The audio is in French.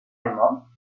allemand